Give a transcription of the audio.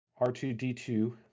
r2d2